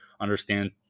understand